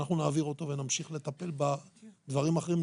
אנחנו נעביר אותו ונמשיך לטפל בדברים האחרים.